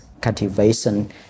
cultivation